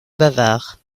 bavard